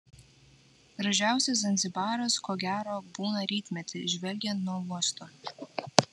gražiausias zanzibaras ko gero būna rytmetį žvelgiant nuo uosto